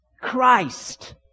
Christ